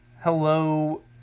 Hello